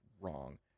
wrong